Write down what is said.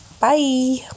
bye